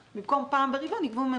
זאת לא הטבה.